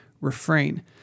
refrain